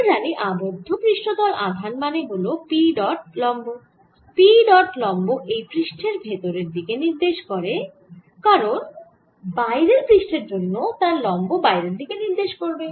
আমরা জানি আবদ্ধ পৃষ্ঠতল আধান মানে হল P ডট লম্ব P ডট লম্ব লম্ব এই পৃষ্ঠের ভেতরের দিকে নির্দেশ করে যে কারণ বাইরের পৃষ্ঠের জন্য তার লম্ব বাইরের দিকে নির্দেশ করবে